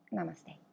Namaste